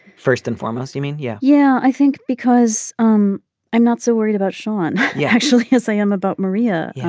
first and foremost you mean yeah. yeah. i think because um i'm not so worried about sean you're yeah actually as i am about maria. yeah